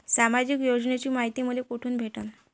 सामाजिक योजनेची मायती मले कोठून भेटनं?